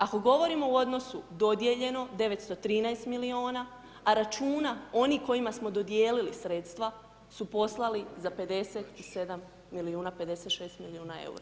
Ako govorimo u odnosu dodijeljeno 913 milijuna, a računa onih kojima smo dodijelili sredstva, su poslali za 57 milijuna, 56 milijuna EUR-a.